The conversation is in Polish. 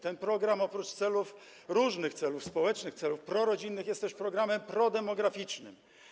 Ten program, oprócz różnych celów społecznych, celów prorodzinnych, jest też programem prodemograficznym.